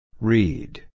Read